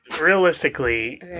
realistically